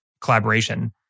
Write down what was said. collaboration